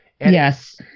Yes